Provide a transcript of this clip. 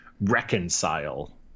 reconcile